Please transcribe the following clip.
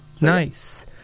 Nice